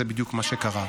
זה בדיוק מה שקרה.